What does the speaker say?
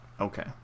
Okay